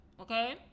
okay